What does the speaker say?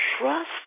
trust